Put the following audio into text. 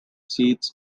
seats